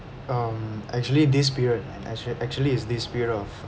um actually this period and ac~ actually is this period of